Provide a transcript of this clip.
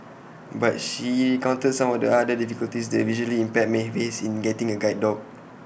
but she recounted some of the other difficulties the visually impaired may face in getting A guide dog